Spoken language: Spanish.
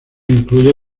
incluye